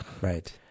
Right